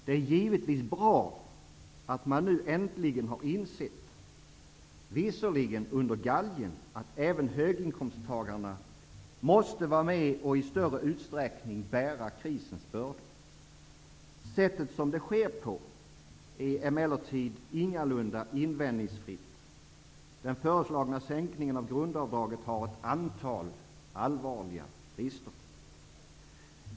Det är givetvis bra att man nu äntligen har insett -- visserligen under galgen -- att även höginkomsttagarna måste vara med och i större utsträckning bära krisens bördor. Sättet det sker på är emellertid ingalunda invändningsfritt. Den föreslagna sänkningen av grundavdraget har ett antal allvarliga brister.